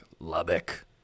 Lubbock